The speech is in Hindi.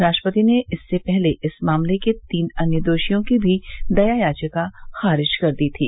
राष्ट्रपति ने इससे पहले इस मामले के तीन अन्य दोषियों की भी दया याचिका खारिज कर दी थी